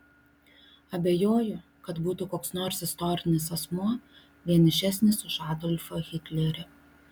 abejoju kad būtų koks nors istorinis asmuo vienišesnis už adolfą hitlerį